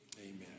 amen